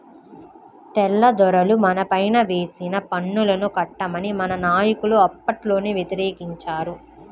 తెల్లదొరలు మనపైన వేసిన పన్నుల్ని కట్టమని మన నాయకులు అప్పట్లోనే వ్యతిరేకించారు